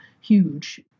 huge